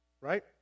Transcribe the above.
right